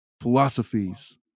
philosophies